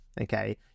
Okay